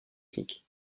techniques